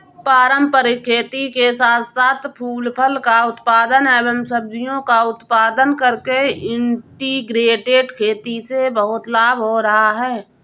पारंपरिक खेती के साथ साथ फूल फल का उत्पादन एवं सब्जियों का उत्पादन करके इंटीग्रेटेड खेती से बहुत लाभ हो रहा है